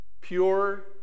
pure